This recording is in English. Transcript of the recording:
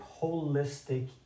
holistic